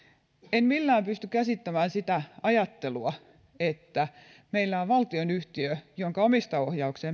en millään pysty käsittämään sitä ajattelua että meillä on valtionyhtiö jonka omistajaohjaukseen